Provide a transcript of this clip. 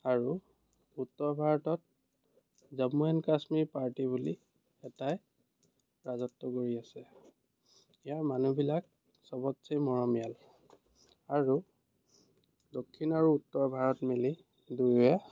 আৰু উত্তৰ ভাৰতত জম্মু এণ্ড কাশ্মীৰ পাৰ্টি বুলি এটাই ৰাজত্ব কৰি আছে ইয়াৰ মানুহবিলাক চবতছেই মৰমীয়াল আৰু দক্ষিণ আৰু উত্তৰ ভাৰত মিলি দুয়োৱে